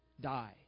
die